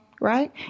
right